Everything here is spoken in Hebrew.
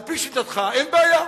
על-פי שיטתך, אין בעיה.